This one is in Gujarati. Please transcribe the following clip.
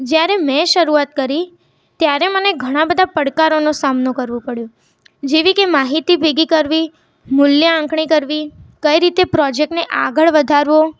જ્યારે મેં શરુઆત કરી ત્યારે મને ઘણા બધા પડકારોનો સામનો કરવો પડ્યો જેવી કે માહિતી ભેગી કરવી મૂલ્ય આંકણી કરવી કઇ રીતે પ્રોજેક્ટને આગળ વધારવો